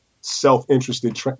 self-interested